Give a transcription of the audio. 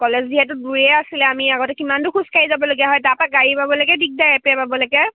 college যিহেতু দূৰেই আছিলে আমি আগতে কিমানটো খোজকাঢ়ি যাবলগীয়া হয় তাৰপৰা গাড়ী পাৱলেকৈ দিগদাৰ পাবলৈকৈ